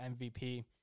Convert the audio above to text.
MVP